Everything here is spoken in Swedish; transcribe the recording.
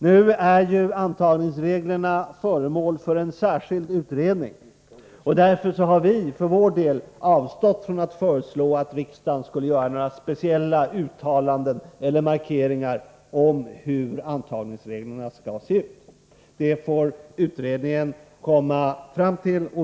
Nu är ju antagningsreglerna föremål för en särskild utredning, och därför har vi för vår del avstått från att föreslå att riksdagen skulle göra några speciella uttalanden eller markeringar om hur antagningsreglerna bör se ut. Det får utredningen komma fram till.